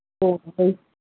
उहो ई